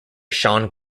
sean